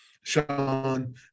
Sean